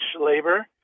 labor